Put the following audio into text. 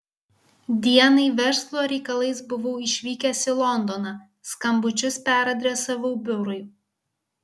dienai verslo reikalais buvau išvykęs į londoną skambučius peradresavau biurui